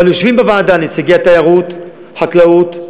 אבל בוועדה יושבים נציגי משרד התיירות, החקלאות,